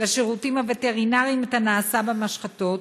לשירותים הווטרינריים את הנעשה במשחטות,